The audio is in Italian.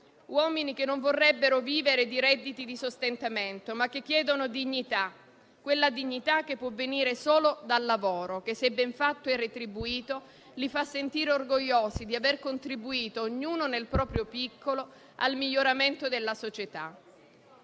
uomini che non vorrebbero vivere di redditi di sostentamento, ma che chiedono dignità. Quella dignità che può venire solo dal lavoro, che se ben fatto e retribuito, li fa sentire orgogliosi di aver contribuito, ognuno nel proprio piccolo, al miglioramento della società.